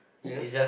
yes